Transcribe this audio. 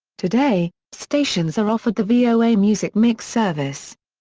today, stations are offered the voa music mix service.